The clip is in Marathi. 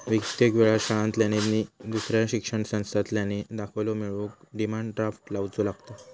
कित्येक वेळा शाळांतल्यानी नि दुसऱ्या शिक्षण संस्थांतल्यानी दाखलो मिळवूक डिमांड ड्राफ्ट लावुचो लागता